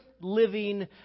living